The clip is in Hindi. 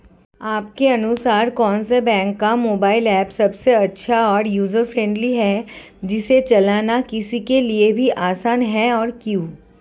आपके अनुसार कौन से बैंक का मोबाइल ऐप सबसे अच्छा और यूजर फ्रेंडली है जिसे चलाना किसी के लिए भी आसान हो और क्यों?